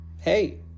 hey